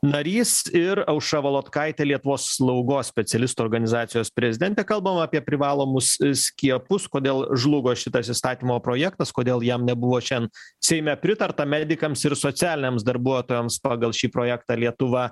narys ir aušra volodkaitė lietuvos slaugos specialistų organizacijos prezidentė kalbam apie privalomus skiepus kodėl žlugo šitas įstatymo projektas kodėl jam nebuvo šiandien seime pritarta medikams ir socialiniams darbuotojams pagal šį projektą lietuva